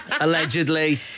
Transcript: Allegedly